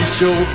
show